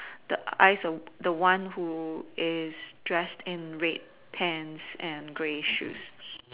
the eyes of the one who is dressed in red pants and grey shoes